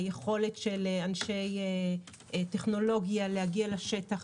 ביכולת של אנשי טכנולוגיה להגיע לשטח,